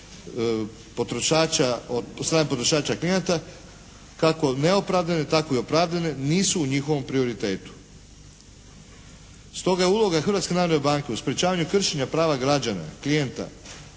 od strane potrošača klijenata kako neopravdani tako i opravdani nisu u njihovom prioritetu. Stoga je uloga Hrvatske narodne banke u sprječavanju kršenja prava građana klijenta